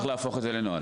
צריך להפוך את זה לנוהל.